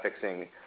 fixing